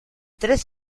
tres